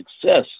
success